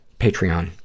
Patreon